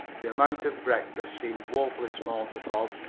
the amount of breakfast seemed woefully small to bob,